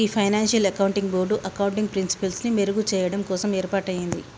గీ financial accounting board accounting ప్రిన్సిపిల్సి మెరుగు చెయ్యడం కోసం ఏర్పాటయింది